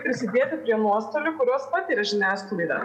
prisidėti prie nuostolių kuriuos patiria žiniasklaida